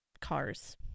cars